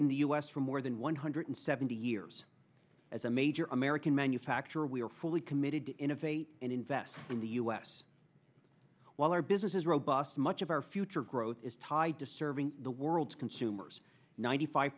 in the u s for more than one hundred seventy years as a major american manufacturer we are fully committed to innovate and invest in the u s while our business is robust much of our future growth is tied to serving the world's consumers ninety five